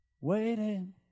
Waiting